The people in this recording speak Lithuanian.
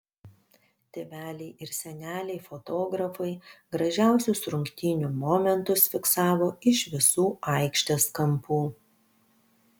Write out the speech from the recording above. tėveliai ir seneliai fotografai gražiausius rungtynių momentus fiksavo iš visų aikštės kampų